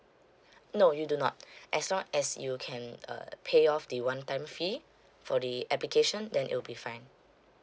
no you do not as long as you can uh pay off the one time fee for the application then it'll be fine